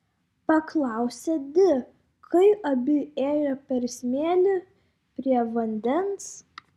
paklausė di kai abi ėjo per smėlį prie vandens